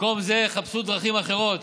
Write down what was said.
במקום זה, חפשו דרכים אחרות